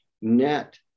Net